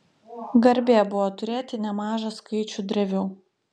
garbė buvo turėti nemažą skaičių drevių